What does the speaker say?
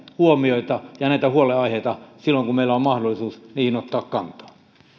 huomioita ja huolenaiheita silloin kun meillä on mahdollisuus niihin ottaa kantaa